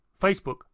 Facebook